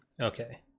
Okay